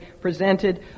presented